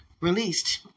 released